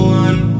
one